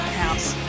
house